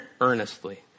earnestly